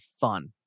fun